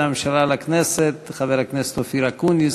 הממשלה לכנסת חבר הכנסת אופיר אקוניס